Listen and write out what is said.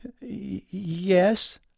Yes